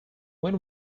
when